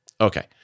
Okay